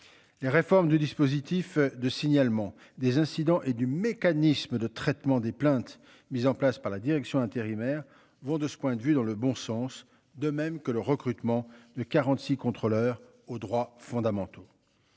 Les réformes du dispositif de signalement des incidents et du mécanisme de traitement des plaintes mises en place par la direction intérimaire vont, de ce point de vue dans le bon sens, de même que le recrutement de 46 contrôleur aux droits fondamentaux.